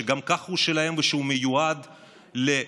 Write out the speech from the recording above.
שגם ככה הוא שלהם ומיועד ללימודים,